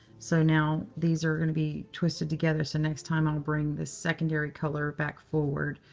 so now, these are going to be twisted together. so next time, i'll bring this secondary color back forward.